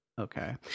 Okay